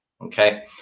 Okay